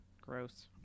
gross